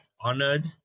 honored